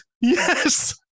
yes